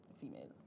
female